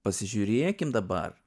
pasižiūrėkim dabar